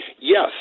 Yes